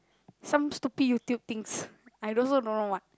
some stupid YouTube things I also don't know what